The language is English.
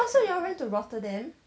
orh so you all went to rotterdam